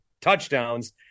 touchdowns